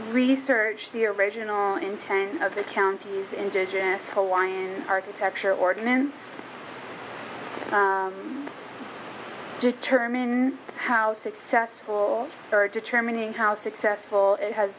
research the original intent of the county's indigenous hawaiian architecture ordinance determine how successful for determining how successful it has